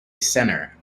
center